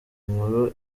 nkuru